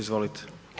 Izvolite.